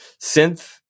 synth